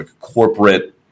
corporate